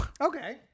Okay